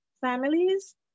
families